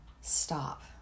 stop